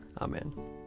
Amen